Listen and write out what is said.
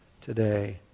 today